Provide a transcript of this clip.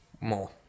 more